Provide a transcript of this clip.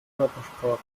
körpersprache